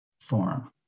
form